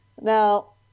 Now